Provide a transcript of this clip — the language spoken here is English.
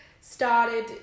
started